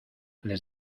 les